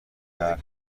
شهر